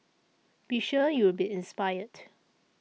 be sure you'll be inspired